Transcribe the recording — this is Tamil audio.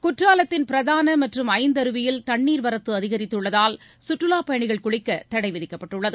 குற்றாலத்தின் பிரதான மற்றும் ஐந்தருவியில் தண்ணீர் வரத்து அதிகித்துள்ளதால் சுற்றுவா பயணிகள் குளிக்க தடை விதிக்கப்பட்டுள்ளது